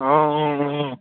অঁ অঁ অঁ